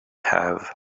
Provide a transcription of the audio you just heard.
have